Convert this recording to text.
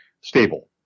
stable